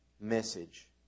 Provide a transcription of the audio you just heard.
message